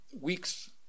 weeks